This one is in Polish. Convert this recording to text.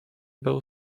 był